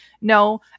no